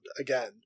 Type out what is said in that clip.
again